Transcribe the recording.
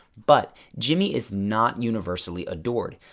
but jimmy is not universally adored.